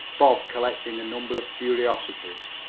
bob collecting a number of curiosities.